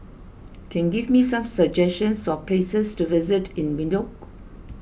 can give me some suggestions for places to visit in Windhoek